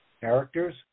characters